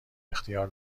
اختیار